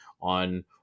on